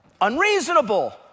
Unreasonable